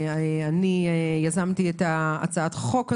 אני יזמתי את הצעת החוק הזו.